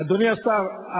אדוני השר,